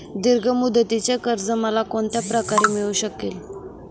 दीर्घ मुदतीचे कर्ज मला कोणत्या प्रकारे मिळू शकेल?